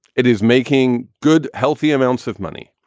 it is making good, healthy amounts of money.